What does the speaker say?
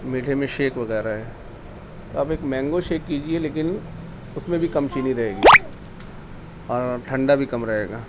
میٹھے میں شیک وغیرہ ہے اب ایک مینگو شیک کیجیے لیکن اس میں بھی کم چینی رہے گی اور ٹھنڈا بھی کم رہے گا